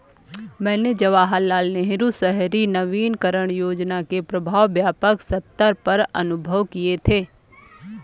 मैंने जवाहरलाल नेहरू शहरी नवीनकरण योजना के प्रभाव व्यापक सत्तर पर अनुभव किये थे